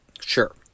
Sure